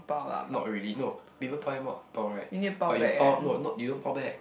not really no people pile you more angbao right but you pile no not you don't pile back